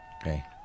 Okay